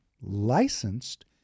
licensed